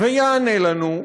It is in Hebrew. ויענה לנו,